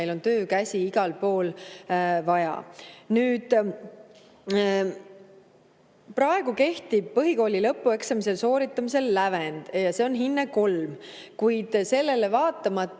meil on töökäsi igal pool vaja. Praegu kehtib põhikooli lõpueksami sooritamise lävend, mis on hinne kolm, kuid sellele vaatamata